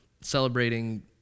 celebrating